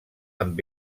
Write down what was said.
amb